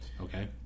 Okay